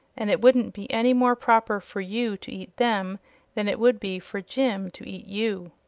and it wouldn't be any more proper for you to eat them than it would be for jim to eat you.